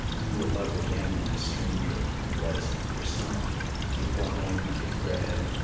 you will love again the stranger who was yourself. give wine. give bread.